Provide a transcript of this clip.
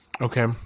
Okay